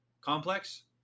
complex